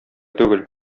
түгел